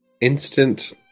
Instant